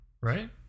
right